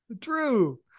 True